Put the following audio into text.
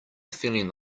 feeling